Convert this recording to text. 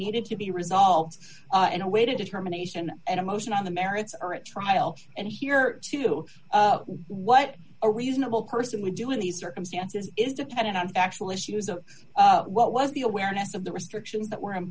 needed to be results in a way to determination and emotion on the merits or at trial and here to what a reasonable person would do in these circumstances is dependent on actual issues of what was the awareness of the restrictions that were in